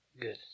good